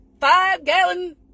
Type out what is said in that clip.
five-gallon